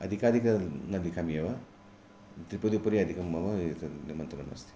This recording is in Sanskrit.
अधिकाधिकं न लिखामि एव त्रिपदि उपरि अधिकं मम एतत् निमन्त्रणमस्ति